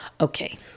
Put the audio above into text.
okay